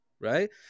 right